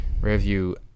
review